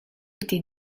été